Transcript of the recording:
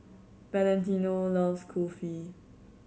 Valentino loves Kulfi